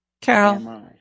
Carol